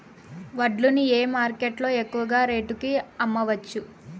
వడ్లు ని ఏ మార్కెట్ లో ఎక్కువగా రేటు కి అమ్మవచ్చు?